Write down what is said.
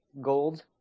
gold